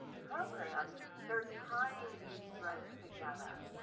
programs, they're tying these threads together.